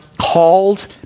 called